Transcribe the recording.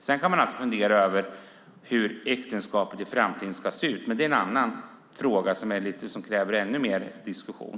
Man kan alltid fungera på hur äktenskapet ska se ut i framtiden, men det är en annan fråga som kräver ännu mer diskussion.